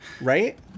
Right